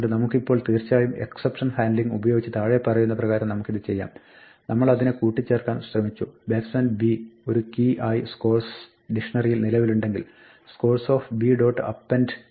അതുകൊണ്ട് നമുക്കിപ്പോൾ തീർച്ചയായും എക്സപ്ഷൻ ഹാൻഡ്ലിംഗ് ഉപയോഗിച്ച് താഴെ പറയുന്ന പ്രകാരം നമുക്കിത് ചെയ്യാം നമ്മൾ അതിനെ കൂട്ടിച്ചേർക്കുവാൻ നമ്മൾ ശ്രമിച്ചു ബാറ്റ്സ്മാൻ b ഒരു കീ ആയി സ്കോർസ് ഡിക്ഷ്ണറിയിൽ നിലവിലുണ്ടെങ്കിൽ scores